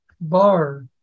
bar